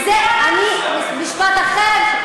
משפט אחרון.